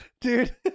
Dude